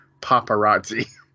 paparazzi